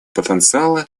потенциала